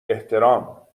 احترام